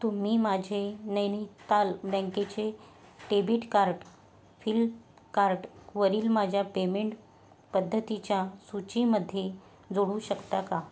तुम्ही माझे नैनिताल बँकेचे डेबिट कार्ड फिल्पकार्टवरील माझ्या पेमेंट पद्धतीच्या सूचीमध्ये जोडू शकता का